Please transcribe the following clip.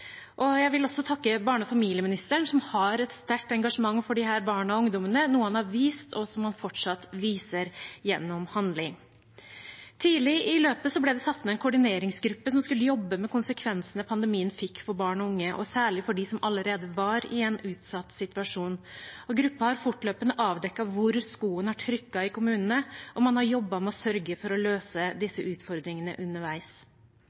Jeg vil også takke barne- og familieministeren, som har et sterkt engasjement for disse barna og ungdommene, noe han har vist og fortsatt viser gjennom handling. Tidlig i løpet ble det satt ned en koordineringsgruppe som skulle jobbe med konsekvensene pandemien fikk for barn og unge, og særlig for dem som allerede var i en utsatt situasjon. Gruppen har fortløpende avdekket hvor skoen har trykket i kommunene, og man har jobbet med å sørge for å løse disse utfordringene underveis.